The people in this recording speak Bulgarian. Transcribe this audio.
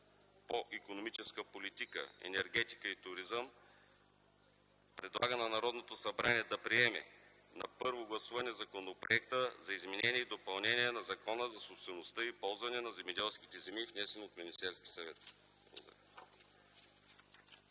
по икономическата политика, енергетика и туризъм предлага на Народното събрание да приеме на първо гласуване Законопроекта за изменение и допълнение на Закона за собствеността и ползването на земеделските земи, внесен от Министерския съвет.”